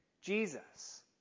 Jesus